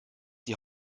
die